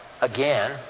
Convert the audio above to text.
again